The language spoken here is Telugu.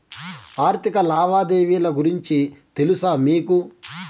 ఆర్థిక లావాదేవీల గురించి తెలుసా మీకు